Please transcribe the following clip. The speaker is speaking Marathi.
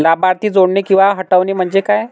लाभार्थी जोडणे किंवा हटवणे, म्हणजे काय?